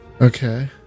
Okay